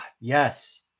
Yes